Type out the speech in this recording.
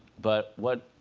but what